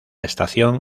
estación